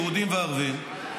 יהודים וערבים,